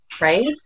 Right